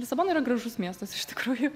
lisabona yra gražus miestas iš tikrųjų